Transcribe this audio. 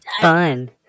fun